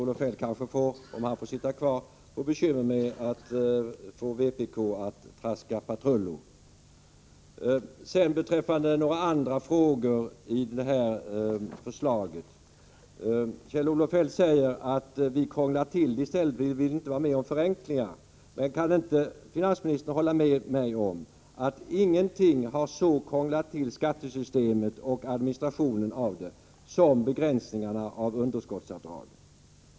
Om Kjell-Olof Feldt får sitta kvar på sin post får han kanske bekymmer med att få vpk att traska patrull. Kjell-Olof Feldt säger att vi krånglar till det hela och att vi inte vill vara med och förenkla. Kan inte finansministern hålla med mig om att ingenting har krånglat till skattesystemet och administrationen av detta så mycket som begränsningarna av underskottsavdragen?